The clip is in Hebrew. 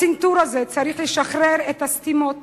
הצנתור הזה צריך לשחרר את הסתימות